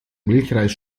milchreis